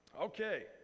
okay